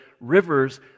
rivers